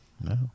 No